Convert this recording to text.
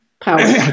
power